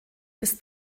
bis